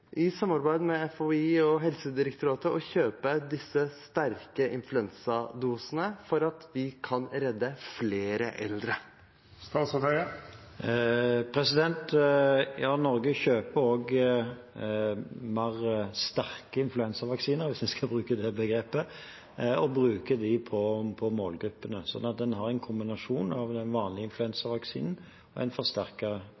i samarbeid med FHI og Helsedirektoratet, kjøpe disse sterke influensadosene, slik at vi kan redde flere eldre? Norge kjøper også sterkere influensavaksiner, hvis vi skal bruke det begrepet, og bruker dem på målgruppene. Så vi har en kombinasjon av den vanlige influensavaksinen og